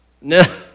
No